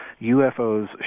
UFOs